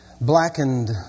blackened